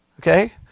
Okay